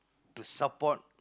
to support